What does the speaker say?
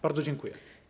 Bardzo dziękuję.